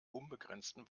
unbegrenzten